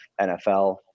NFL